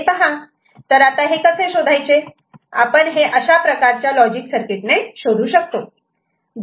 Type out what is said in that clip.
तर आता हे कसे शोधायचे आपण हे अशा प्रकारच्या लॉजिक सर्किट ने शोधू शकतो